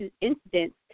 incidents